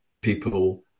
people